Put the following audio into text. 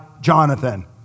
Jonathan